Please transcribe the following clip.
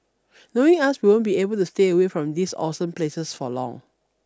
knowing us we won't be able to stay away from these awesome places for long